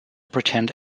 pretend